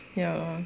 ya